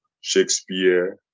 Shakespeare